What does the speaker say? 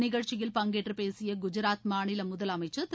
நிகழ்ச்சியில் பங்கேற்றுப் பேசிய குஜராத் மாநில முதலமைச்சர் திரு